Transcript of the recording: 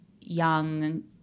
young